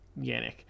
yannick